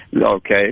Okay